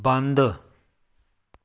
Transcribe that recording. ਬੰਦ